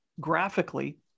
graphically